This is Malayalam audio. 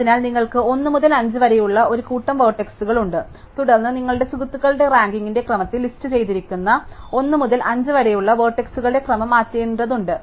അതിനാൽ നിങ്ങൾക്ക് 1 മുതൽ 5 വരെയുള്ള ഒരു കൂട്ടം വേർട്ടക്സുകൾ ഉണ്ട് തുടർന്ന് നിങ്ങളുടെ സുഹുർത്തകളുടെ റാങ്കിംഗിന്റെ ക്രമത്തിൽ ലിസ്റ്റുചെയ്തിരിക്കുന്ന 1 മുതൽ 5 വരെയുള്ള വേർട്ടക്സുകളുടെ ക്രമം മാറ്റേണ്ടതുണ്ട്